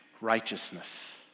righteousness